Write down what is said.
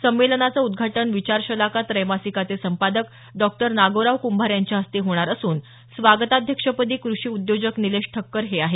संमेलनाचे उद्घाटन विचारशलाका त्रैमासिकाचे संपादक डॉक्टर नागोराव कुंभार यांच्या हस्ते होणार असून स्वागताध्यक्षपदी क्रषी उद्योजक निलेश ठक्कर हे आहेत